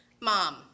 Mom